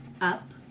Up